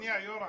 שנייה, יורם.